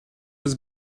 was